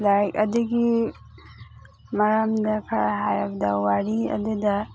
ꯂꯥꯏꯔꯤꯛ ꯑꯗꯨꯒꯤ ꯃꯔꯝꯗ ꯈꯔ ꯍꯥꯏꯔꯕꯗ ꯋꯥꯔꯤ ꯑꯗꯨꯗ